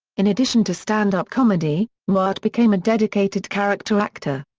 in addition to stand-up comedy, newhart became a dedicated character actor.